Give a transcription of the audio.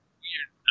weird